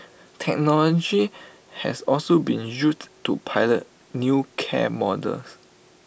technology has also been used to pilot new care models